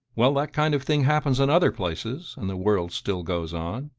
well that kind of thing happens in other places, and the world still goes on.